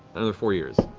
another four years.